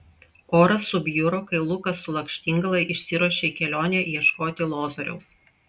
oras subjuro kai lukas su lakštingala išsiruošė į kelionę ieškoti lozoriaus